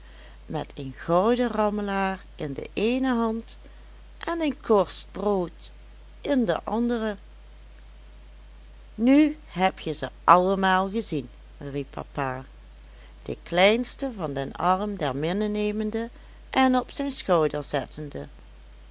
uit met een gouden rammelaar in de eene hand en een korst brood in de andere nu hebje ze allemaal gezien riep papa de kleinste van den arm der minne nemende en op zijn schouder zettende